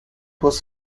was